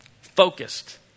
Focused